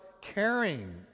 caring